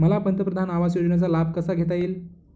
मला पंतप्रधान आवास योजनेचा लाभ कसा घेता येईल?